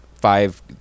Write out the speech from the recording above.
five –